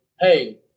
hey